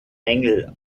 mängel